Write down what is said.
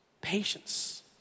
patience